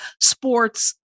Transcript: sports